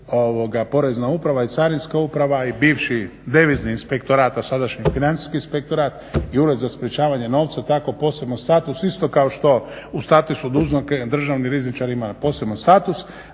Porezna uprava i Carinska uprava i bivši devizni inspektorat, a sadašnji Financijski inspektorat i Ured za sprečavanje novca tako poseban status isto kao što u statusu … državni rizničar ima poseban status.